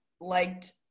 liked